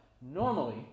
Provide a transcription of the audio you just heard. normally